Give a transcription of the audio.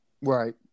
Right